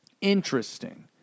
Interesting